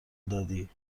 دادی